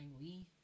Lee